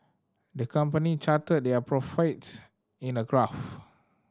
the company charted their profits in a graph